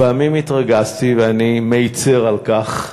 לפעמים התרגזתי, ואני מצר על כך.